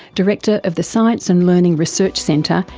director of the science and learning research centre,